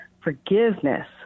Forgiveness